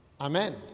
Amen